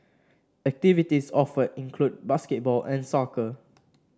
activities offered include basketball and soccer